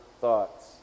thoughts